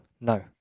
No